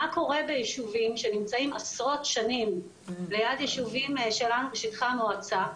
מה קורה בישובים שנמצאים עשרות שנים ליד ישובים שלנו בשטחי המועצה,